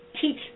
teach